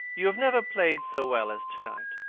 you have never played so well as to-night.